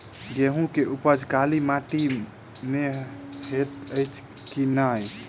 गेंहूँ केँ उपज काली माटि मे हएत अछि की नै?